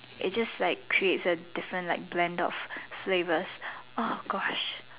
it's just right create a different blend of flavour oh Gosh